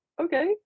okay